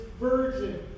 virgin